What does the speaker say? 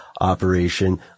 operation